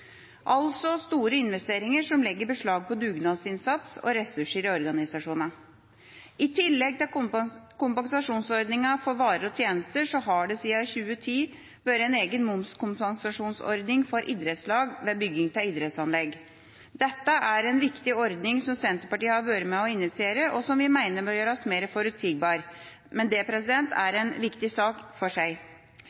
altså store investeringer som legger beslag på dugnadsinnsats og ressurser i organisasjonene. I tillegg til kompensasjonsordningen for varer og tjenester har det siden 2010 vært en egen momskompensasjonsordning for idrettslag ved bygging av idrettsanlegg. Dette er en viktig ordning som Senterpartiet har vært med på å initiere, og som vi mener må gjøres mer forutsigbar, men dette er en viktig sak for seg. Både idrettsanlegg og kulturbygg er